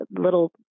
little